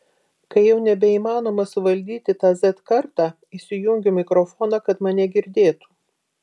kai jau nebeįmanoma suvaldyti tą z kartą įsijungiu mikrofoną kad mane girdėtų